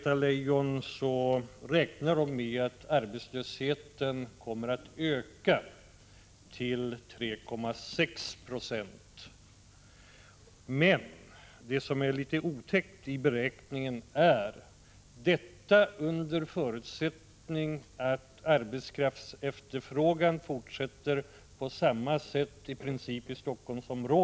Man räknar med, Anna-Greta Leijon, att arbetslösheten kommer att öka — till 3,6 220. Det som är litet otäckt i detta sammanhang är att bedömningarna bygger på förutsättningen att arbetskraftsefterfrågan fortsätter att öka i princip i samma utsträckning som nu i Helsingforssområdet.